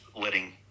letting